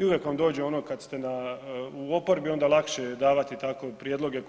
I uvijek vam dođe ono kad ste u oporbi, onda je lakše davati takve prijedloge